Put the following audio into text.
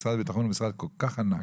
משרד הביטחון הוא משרד כל כך ענק.